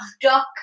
duck